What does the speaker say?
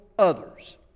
others